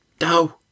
No